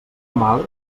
mal